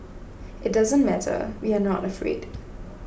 it doesn't matter we are not afraid